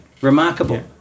Remarkable